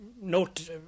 note